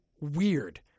weird